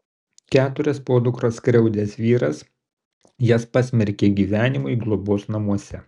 keturias podukras skriaudęs vyras jas pasmerkė gyvenimui globos namuose